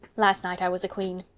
last night i was a queen.